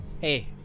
Hey